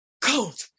Cold